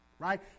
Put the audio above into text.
Right